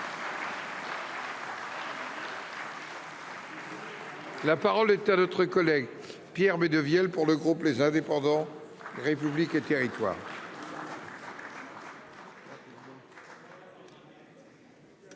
La parole est à M. Pierre Médevielle, pour le groupe Les Indépendants-République et Territoires.